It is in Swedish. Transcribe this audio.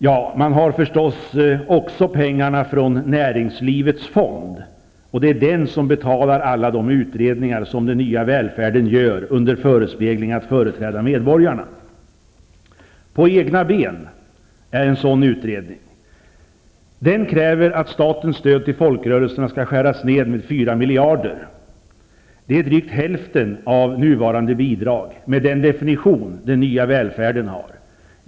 Ja, man har förstås också pengarna från Näringslivets fond, som betalar alla de utredningar som Den nya välfärden gör under förespegling att företräda medborgarna. ''På egna ben'' är en sådan utredning. Den kräver att statens stöd till folkrörelserna skall skäras ned med 4 miljarder. Det är drygt hälften av nuvarande bidrag, med den definition Den nya välfärden har.